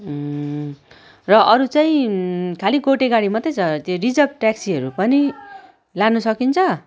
र अरू चाहिँ खालि गोटे गाडी मात्रै छ त्यो रिजर्ब ट्याक्सीहरू पनि लानु सकिन्छ